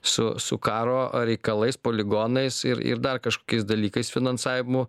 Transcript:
su su karo reikalais poligonais ir ir dar kažkokiais dalykais finansavimu